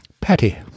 Patty